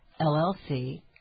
LLC